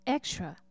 Extra